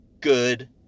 good